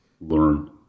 Learn